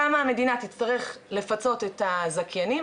כמה המדינה תצטרך לפצות את הזכיינים,